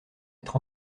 être